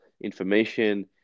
information